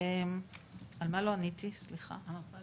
המפ"ל